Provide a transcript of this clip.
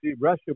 Russia